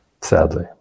sadly